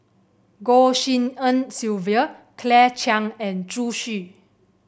Goh Tshin En Sylvia Claire Chiang and Zhu Xu